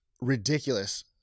ridiculous